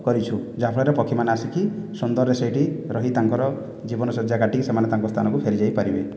କରିଛୁ ଯାହାଫଳରେ ପକ୍ଷୀମାନେ ଆସିକି ସୁନ୍ଦରରେ ସେଇଠି ରହି ତାଙ୍କର ଜୀବନ ଶଯ୍ୟା କାଟିକି ସେମାନେ ତାଙ୍କ ସ୍ଥାନକୁ ଫେରିଯାଇପାରିବେ